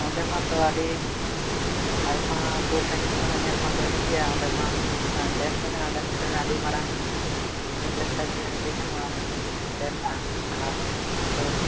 ᱚᱱᱰᱮ ᱢᱟᱛᱚ ᱟᱰᱤ ᱟᱭᱢᱟ ᱥᱩᱨ ᱥᱟᱸᱜᱤᱧ ᱠᱷᱚᱱᱟᱜ ᱧᱮᱞ ᱢᱟᱠᱚ ᱦᱤᱡᱩᱜ ᱜᱮᱭᱟ ᱚᱱᱰᱮᱢᱟ ᱰᱮᱢ ᱢᱮᱱᱟᱜᱼᱟ ᱚᱱᱰᱮ ᱢᱤᱫᱴᱟᱝ ᱟᱹᱰᱤ ᱢᱟᱨᱟᱝ ᱱᱟᱹᱭ ᱞᱮᱠᱟᱜᱮ ᱞᱟᱹᱭ ᱜᱟᱱᱚᱜᱼᱟ ᱢᱮᱱᱟᱜᱼᱟ ᱟᱨ ᱫᱚ